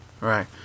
right